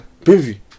Baby